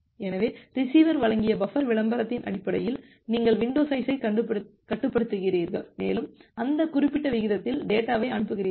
எனவே ரிசீவர் வழங்கிய பஃபர் விளம்பரத்தின் அடிப்படையில் நீங்கள் வின்டோ சைசைக் கட்டுப்படுத்துகிறீர்கள் மேலும் அந்த குறிப்பிட்ட விகிதத்தில் டேட்டாவை அனுப்புகிறீர்கள்